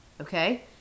okay